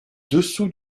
dessous